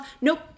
Nope